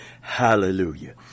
Hallelujah